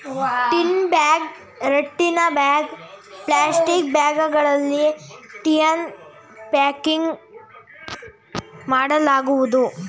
tin bag, ರಟ್ಟಿನ bag, plastic ಬ್ಯಾಗ್ಗಳಲ್ಲಿ ಟೀಯನ್ನು ಪ್ಯಾಕಿಂಗ್ ಮಾಡಲಾಗುವುದು